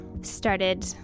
started